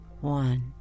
One